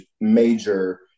major